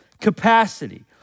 capacity